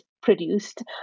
produced